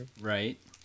Right